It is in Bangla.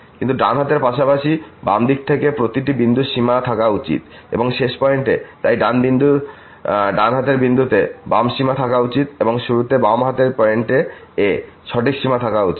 কিন্তু ডান হাতের পাশাপাশি বাম দিক থেকে প্রতিটি বিন্দুর সীমা থাকা উচিত এবং শেষ পয়েন্টে তাই ডান হাতের বিন্দুতে বাম সীমা থাকা উচিত এবং শুরুতে বাম হাতের পয়েন্ট a সঠিক সীমা থাকা উচিত